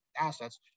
assets